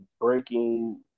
breaking